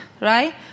right